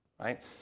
right